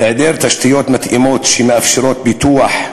היעדר תשתיות מתאימות שמאפשרות פיתוח,